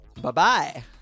bye-bye